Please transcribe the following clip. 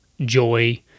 joy